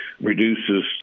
reduces